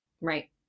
Right